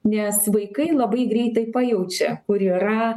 nes vaikai labai greitai pajaučia kur yra